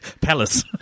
palace